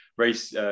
Race